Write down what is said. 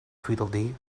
tweedledee